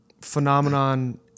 phenomenon